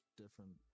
different